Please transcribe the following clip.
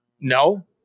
No